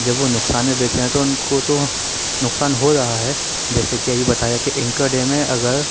جب وہ نقصان میں بیچ رہے ہیں تو ان کو تو نقصان ہو رہا ہے جیسے کہ ابھی بتایا کہ انٹر ڈے میں اگر